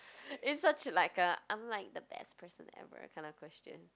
is such like a I'm like the best person ever kind of question